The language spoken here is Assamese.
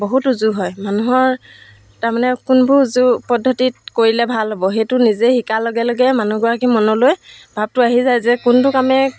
বহুত উজু হয় মানুহৰ তাৰমানে কোনবোৰ যু পদ্ধতিত কৰিলে ভাল হ'ব সেইটো নিজে শিকাৰ লগে লগে মানুহগৰাকী মনলৈ ভাৱটো আহি যায় যে কোনটো কামে